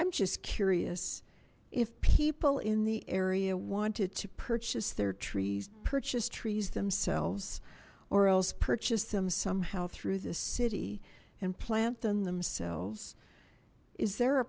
i'm just curious if people in the area wanted to purchase their trees purchase trees themselves or else purchase them somehow through the city and plant them themselves is there a